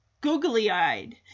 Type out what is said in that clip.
googly-eyed